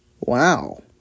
Wow